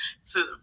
food